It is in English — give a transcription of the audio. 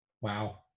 Wow